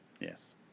Yes